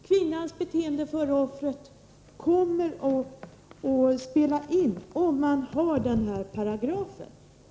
Kvinnans beteende före våldtäkten kommer alltså att ha betydelse för hur brottet skall bedömas.